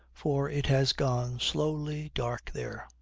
for it has gone slowly dark there,